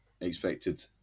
expected